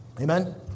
Amen